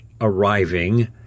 arriving